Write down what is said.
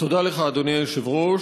תודה לך, אדוני היושב-ראש.